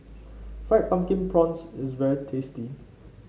Fried Pumpkin Prawns is very tasty